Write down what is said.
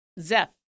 Zeph